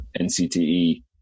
NCTE